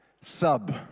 Sub